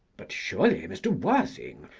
but surely, mr. worthing,